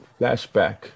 flashback